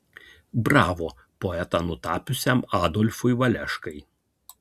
bravo poetą nutapiusiam adolfui valeškai